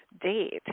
date